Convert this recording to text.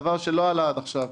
דבר שלא עלה עד עכשיו,